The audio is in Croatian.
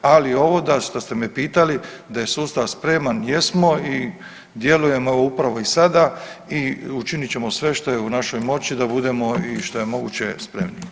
Ali ovo šta ste me pitali da je sustav spreman jesmo i djelujemo upravo i sada i učinit ćemo sve što je u našoj moći da budemo i što je moguće spremniji.